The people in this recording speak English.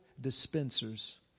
dispensers